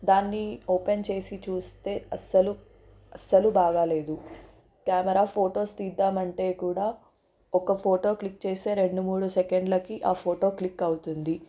దాన్ని ఓపెన్ చేసి చూస్తే అసలు అసలు బాగాలేదు కెమెరా ఫొటోస్ తీద్దామంటే కూడా ఒక ఫోటో క్లిక్ చేస్తే రెండు మూడు సెకండ్లకి ఆ ఫోటో క్లిక్ అవుతుంది